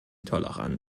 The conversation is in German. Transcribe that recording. tolerant